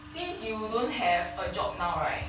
since you don't have a job now right